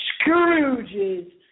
Scrooge's